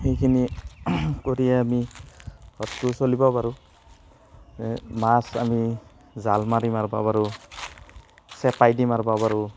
সেইখিনি কৰিয়ে আমি ঘৰটো চলিব পাৰোঁ মাছ আমি জাল মাৰি মাৰিব পাৰোঁ চেপাই দি মাৰিব পাৰোঁ